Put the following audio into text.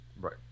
Right